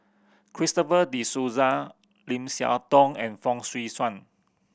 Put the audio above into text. Christopher De Souza Lim Siah Tong and Fong Swee Suan